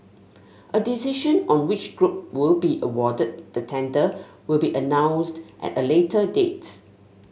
a decision on which group will be awarded the tender will be announced at a later date